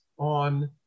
on